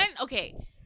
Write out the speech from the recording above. okay